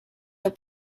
were